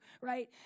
right